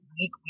week